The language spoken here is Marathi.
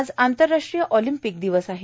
आज आंतरराष्ट्रीय आॅलिंपिक दिवस आहे